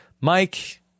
Mike